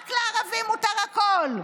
רק לערבים מותר הכול,